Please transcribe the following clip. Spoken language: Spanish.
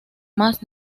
más